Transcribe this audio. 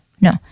no